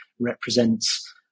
represents